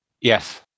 Yes